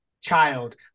child